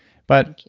but,